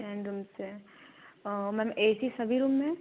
ten rooms हैं ma'am A C सभी room में है